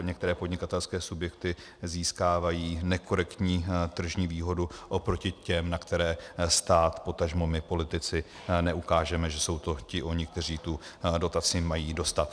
Některé podnikatelské subjekty získávají nekorektní tržní výhodu oproti těm, na které stát, potažmo my politici neukážeme, že to jsou ti oni, kteří tu dotaci mají dostat.